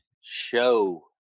show